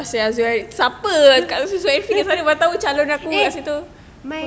eh